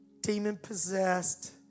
Demon-possessed